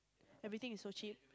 everything is so cheap